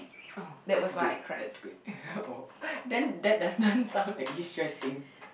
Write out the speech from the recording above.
oh that's good that's good oh then that doesn't sound like distressing